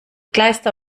kleister